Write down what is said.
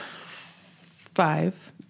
five